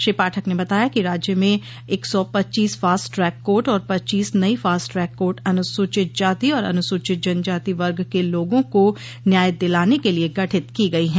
श्री पाठक ने बताया कि राज्य में एक सौ पच्चीस फास्ट ट्रैक कोर्ट और पच्चीस नई फास्ट ट्रैक कोर्ट अनुसूचित जाति और अनुसूचित जनजाति वर्ग के लोगा को न्याय दिलाने के लिये गठित की गई है